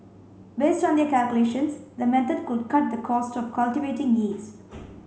based on their calculations the method could cut the cost of cultivating yeast